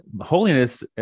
holiness